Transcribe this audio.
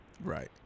Right